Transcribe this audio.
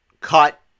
cut